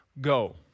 go